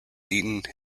eaten